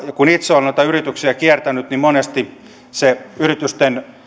kun itse olen noita yrityksiä kiertänyt niin monesti se yrityksen